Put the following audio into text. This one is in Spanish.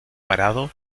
parado